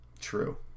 True